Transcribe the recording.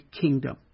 kingdom